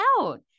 out